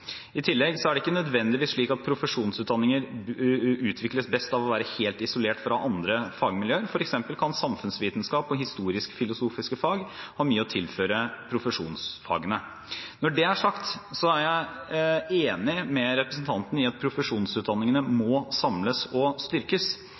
I tillegg er det ikke nødvendigvis slik at profesjonsutdanninger utvikles best av å være helt isolert fra andre fagmiljøer. For eksempel kan samfunnsvitenskap og historisk-filosofiske fag ha mye å tilføre profesjonsfagene. Når det er sagt, er jeg enig med representanten i at profesjonsutdanningene må samles og styrkes.